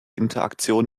interaktion